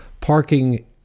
parking